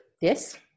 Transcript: Yes